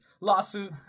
lawsuit